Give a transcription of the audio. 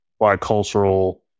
bicultural